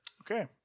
Okay